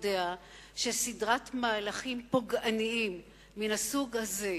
שסדרת מהלכים פוגעניים מן הסוג הזה,